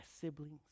siblings